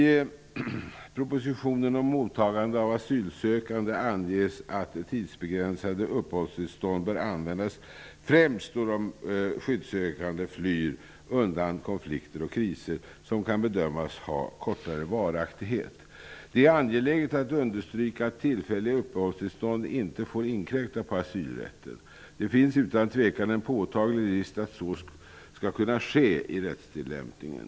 I propositionen om mottagande av asylsökande anges att tidsbegränsade uppehållstillstånd bör användas främst då de skyddssökande flyr undan konflikter och kriser, som kan bedömas ha kortare varaktighet. Det är angeläget att understryka att tillfälliga uppehållstillstånd inte får inkräkta på asylrätten. Det finns utan tvekan en påtaglig risk att så skall kunna ske i rättstillämpningen.